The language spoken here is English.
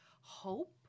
hope